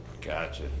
Gotcha